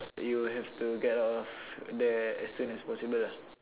you will have to get out of there as soon as possible ah